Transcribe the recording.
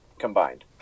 Combined